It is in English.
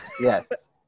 Yes